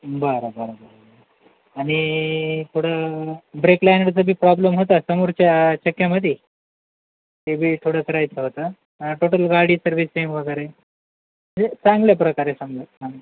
बरं बरं बरं आणि थोडं ब्रेक लाईनचा बी प्रॉब्लेम होता समोरच्या चक्यामधी ते बी थोडंच करायच होता टोटल गाडी सर्विसिंग वगैरे चांगल्या प्रकारे समजा सम